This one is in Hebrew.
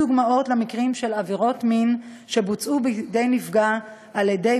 דוגמאות של מקרי עבירות מין שבוצעו בנפגע על-ידי